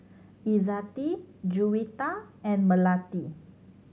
Izzati Juwita and Melati